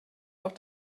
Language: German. auch